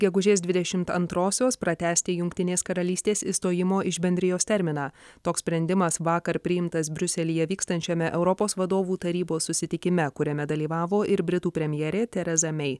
gegužės dvidešimt antrosios pratęsti jungtinės karalystės išstojimo iš bendrijos terminą toks sprendimas vakar priimtas briuselyje vykstančiame europos vadovų tarybos susitikime kuriame dalyvavo ir britų premjerė tereza mei